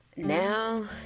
Now